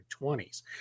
20s